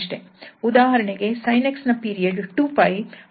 ಉದಾಹರಣೆಗೆ sin 𝑥 ನ period 2𝜋 ಹಾಗೂ ಈ sin 2𝑥 ನ ಪೀರಿಯಡ್ 𝜋